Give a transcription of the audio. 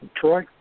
Troy